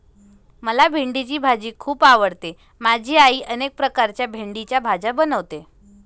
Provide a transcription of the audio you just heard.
मला भेंडीची भाजी खूप आवडते माझी आई अनेक प्रकारच्या भेंडीच्या भाज्या बनवते